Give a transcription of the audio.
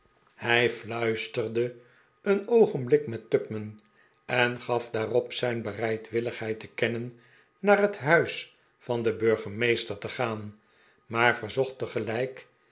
hij fluisterde een oogenblik met tupman en gaf daarop zijn bereidwilligheid te kennen naar het huis van den burgemeester te gaan maar verzocht tegelijk